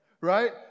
right